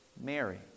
...Mary